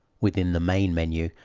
within the main menu,